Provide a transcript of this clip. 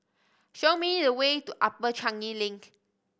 show me the way to Upper Changi Link